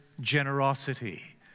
generosity